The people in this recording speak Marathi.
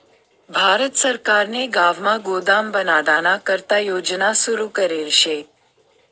भारत सरकारने गावमा गोदाम बनाडाना करता योजना सुरू करेल शे